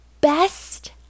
best